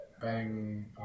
Bang